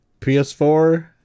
PS4